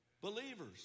Believers